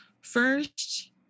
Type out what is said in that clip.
First